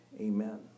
amen